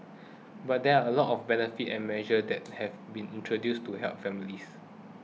but there are a lot of benefits and measures that have been introduced to help families